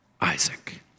Isaac